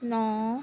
ਨੌਂ